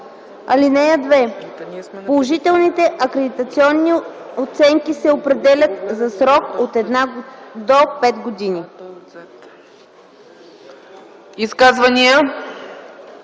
„лоша”. (2) Положителните акредитационни оценки се определят за срок от една до пет години.”